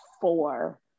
four